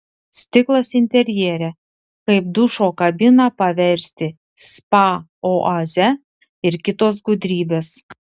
stiklas interjere kaip dušo kabiną paversti spa oaze ir kitos gudrybės